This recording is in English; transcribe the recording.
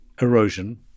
erosion